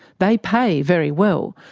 they pay very well,